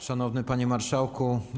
Szanowny Panie Marszałku!